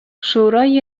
شورای